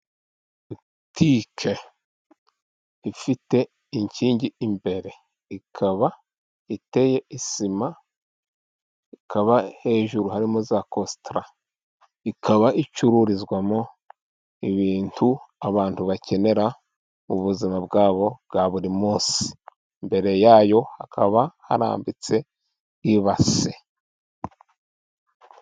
Butike ifite inkingi imbere. Ikaba iteye isima, ikaba hejuru harimo za kositara. Ikaba icururizwamo ibintu abantu bakenera mu buzima bwabo bwa buri munsi. Imbere yayo hakaba harambitse ibase.